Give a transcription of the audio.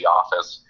office